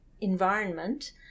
environment